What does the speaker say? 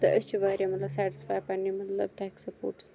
تہٕ أسۍ چھِ واریاہ مَطلَب سیٹِسفے پَننہِ مَطلَب ٹیٚک سَپوٹسَس سۭتۍ